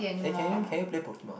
eh can you can you play Pokemon